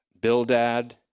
Bildad